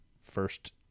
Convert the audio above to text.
first